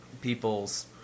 People's